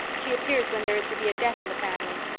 she appears when there is to be a death in the family.